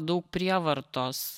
daug prievartos